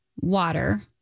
water